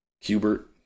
Hubert